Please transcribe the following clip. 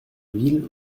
ville